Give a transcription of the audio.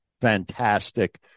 Fantastic